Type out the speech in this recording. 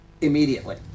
Immediately